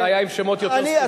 זה היה עם שמות יותר ספציפיים.